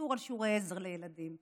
לוויתור על שיעורי עזר לילדים,